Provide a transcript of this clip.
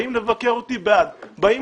באים לבקר אותי בעד, באים